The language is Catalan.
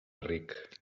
ric